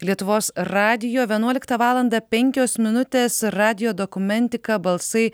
lietuvos radijo vienuoliktą valandą penkios minutės radijo dokumentika balsai